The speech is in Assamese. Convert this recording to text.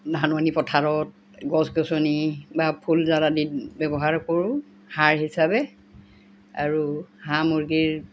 ধাননি পথাৰত গছ গছনি বা ফুলজাল আদি ব্যৱহাৰ কৰোঁ সাৰ হিচাপে আৰু হাঁহ মুৰ্গীৰ